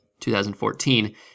2014